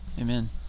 amen